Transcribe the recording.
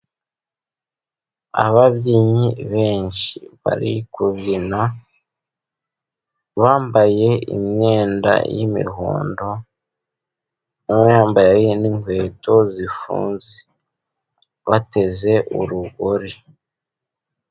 Ababyinnyi benshi bari kubyina bambaye imyenda y'imihondo, umwe yambaye n'inkweto zifunze, bateze urugori.